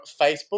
Facebook